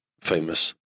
famous